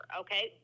okay